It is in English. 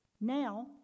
Now